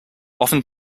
often